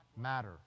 matter